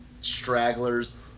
stragglers